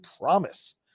promise